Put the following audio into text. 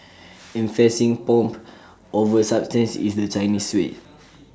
emphasising pomp over substance is the Chinese way